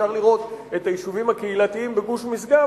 אפשר לראות את היישובים הקהילתיים בגוש משגב